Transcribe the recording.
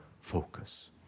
focus